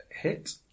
hit